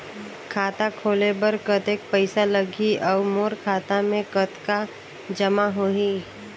खाता खोले बर कतेक पइसा लगही? अउ मोर खाता मे कतका जमा होही?